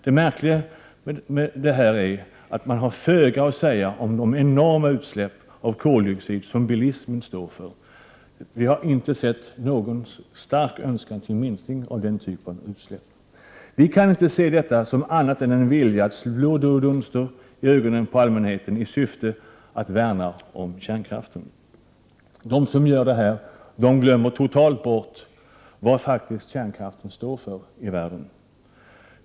Det märkliga med detta är att de har föga att säga om de enorma utsläpp av koldioxid som bilismen står för. Vi har inte sett någon stark önskan till minskning av den typen av utsläpp. Vi kan inte se detta som annat än en vilja att slå blå dunster i ögonen på allmänheten i syfte att värna om kärnkraften. De som gör detta glömmer totalt bort vad kärnkraften faktiskt står för i världen.